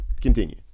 Continue